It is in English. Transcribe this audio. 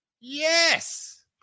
Yes